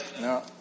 No